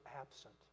absent